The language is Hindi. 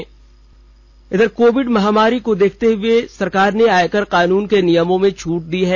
आयकर छूट कोविड महामारी को देखते हुए सरकार ने आयकर कानून के नियमों में छूट दी है